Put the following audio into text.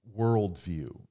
worldview